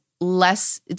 less—